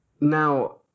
now